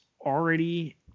already